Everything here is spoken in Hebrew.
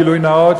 גילוי נאות,